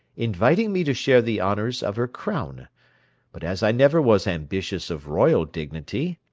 inviting me to share the honours of her crown but as i never was ambitious of royal dignity,